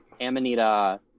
Amanita